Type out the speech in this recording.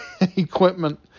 equipment